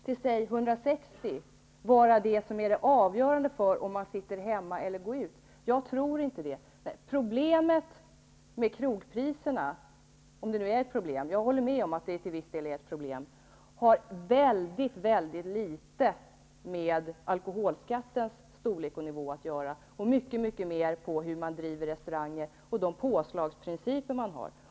till 160 kr. vara avgörande för om man sitter hemma eller går ut och dricker vin? Jag tror inte det. Problemet med krogpriserna -- om de nu är ett problem, men jag kan hålla med om att det till viss del är ett problem -- har väldigt litet med alkoholskattens storlek att göra och mycket mer med hur man driver restauranger och de principer för påslagen som man har.